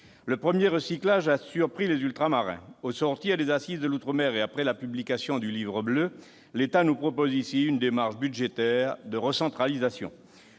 Le premier recyclage a surpris les Ultramarins. Au sortir des Assises des outre-mer et après la publication du Livre bleu outre-mer, l'État nous propose en effet une démarche budgétaire de recentralisation.